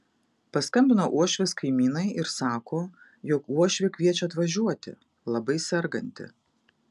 paskambino uošvės kaimynai ir sako jog uošvė kviečia atvažiuoti labai serganti